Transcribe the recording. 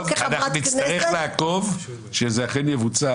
לא כחברת כנסת --- אנחנו נצטרך לעקוב שזה אכן יבוצע,